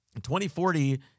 2040